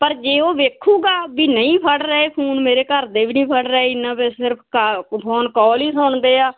ਪਰ ਜੇ ਉਹ ਵੇਖੂਗਾ ਵੀ ਨਹੀਂ ਫੜ ਰਹੇ ਫੋਨ ਮੇਰੇ ਘਰ ਦੇ ਵੀ ਨਹੀਂ ਫੜ ਰਹੇ ਇਨਾਸ ਸਿਰਫ ਫੋਨ ਕਾਲ ਹੀ ਸੁਣਦੇ ਆ